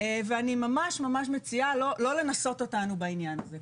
ואני ממש ממש מציעה לא לנסות אותנו בעניין הזה,